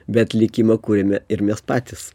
bet likimą kuriame ir mes patys